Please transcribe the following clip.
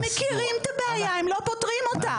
הם מכירים את הבעיה, הם לא פותרים אותה.